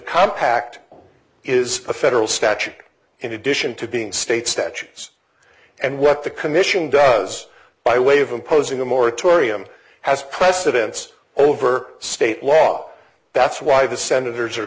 compact is a federal statute in addition to being state statutes and what the commission does by way of imposing a moratorium has precedence over state law that's why the senators are